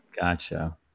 Gotcha